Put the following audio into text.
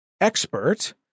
expert